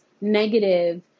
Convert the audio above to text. negative